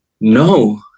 no